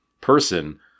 person